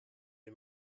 les